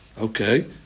Okay